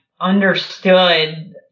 understood